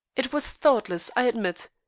it was thoughtless, i admit.